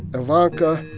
ivanka,